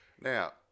Now